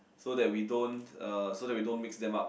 so that we don't uh so that we don't mix them up